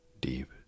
deep